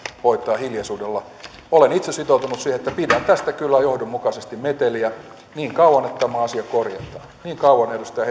hoitaa hiljaisuudella olen itse sitoutunut siihen että pidän tästä kyllä johdonmukaisesti meteliä niin kauan että tämä asia korjataan niin kauan edustaja